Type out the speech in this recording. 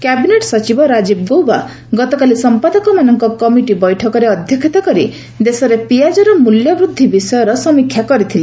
cabinet ସଚିବ ରାଜୀବ ଗୌବା ଗତକାଲି ସମ୍ପାଦକମାନଙ୍କ କମିଟି ବୈଠକରେ ଅଧ୍ୟକ୍ଷତା କରି ଦେଶରେ ପିଆଜର ମୂଲ୍ୟବୃଦ୍ଧି ବିଷୟର ସମୀକ୍ଷା କରିଥିଲେ